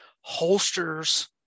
Holsters